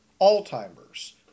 Alzheimer's